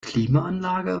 klimaanlage